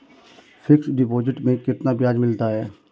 Fix deposit में कितना ब्याज मिलता है?